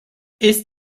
ist